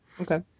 Okay